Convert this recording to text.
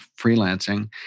freelancing